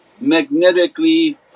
magnetically